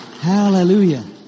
Hallelujah